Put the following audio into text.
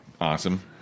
Awesome